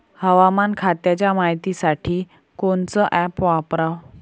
हवामान खात्याच्या मायतीसाठी कोनचं ॲप वापराव?